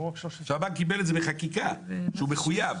הבנק קיבל את זה בחקיקה, שהוא מחויב.